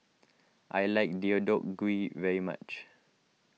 I like Deodeok Gui very much